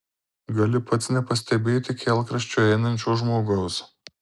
gali pats nepastebėti kelkraščiu einančio žmogaus